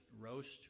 roast